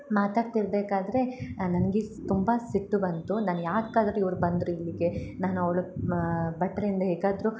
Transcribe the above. ಮಾತಾಡ್ತಿರ್ಬೇಕಾದರೆ ನನಗೆ ಸ್ ತುಂಬಾ ಸಿಟ್ಟು ಬಂತು ನಾನು ಯಾಕೆ ಆದರು ಇವ್ರು ಬಂದ್ರು ಇಲ್ಲಿಗೆ ನಾನು ಅವಳ ಬಟ್ಟಲಿಂದ ಹೇಗಾದರು